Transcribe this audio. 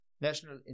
national